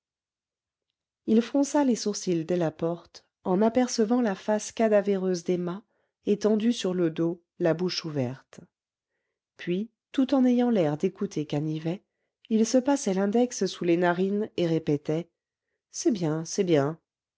il fronça les sourcils dès la porte en apercevant la face cadavéreuse d'emma étendue sur le dos la bouche ouverte puis tout en ayant l'air d'écouter canivet il se passait l'index sous les narines et répétait c'est bien c'est bien